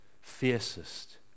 fiercest